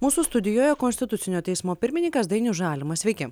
mūsų studijoje konstitucinio teismo pirmininkas dainius žalimas sveiki